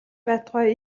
байтугай